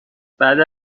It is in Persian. بعدا